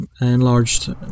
enlarged